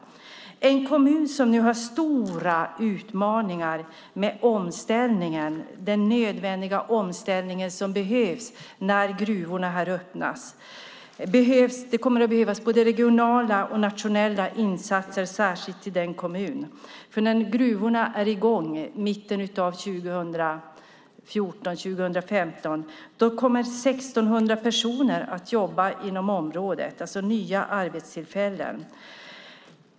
Det är en kommun som nu har stora utmaningar med den omställning som behövs när gruvorna öppnas. Det kommer att behövas både regionala och nationella insatser särskilt till denna kommun, för när gruvorna är i gång 2014-2015 kommer 1 600 personer att jobba i området. Det är alltså nya arbetstillfällen.